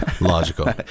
Logical